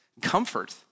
comfort